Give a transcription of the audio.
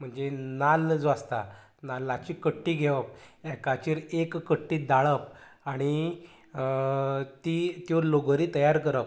म्हणजे नाल्ल जो आसता नाल्लाची कट्टी घेवप एकाचेर एक कट्टी दाळप आनी ती त्यो लगोरी तयार करप